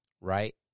Right